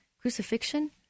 crucifixion